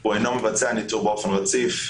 הוא אינו מבצע ניטור באופן רציף,